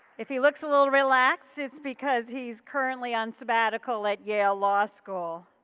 if he looks a little relaxed it's because he's currently on sabbatical at yale law school.